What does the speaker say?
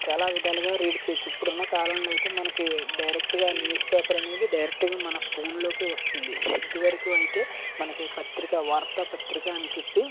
చాలా విధాలుగా రీడ్ చేయవచ్చు ఇప్పుడు ఉన్న కాలంలో అయితే మనకి డైరెక్ట్గా న్యూస్పేపర్ అనేది డైరెక్ట్గా మన ఫోన్లోకే వస్తుంది ఇది వరకు అయితే మనకి పత్రిక వార్తా పత్రిక అని చెప్పి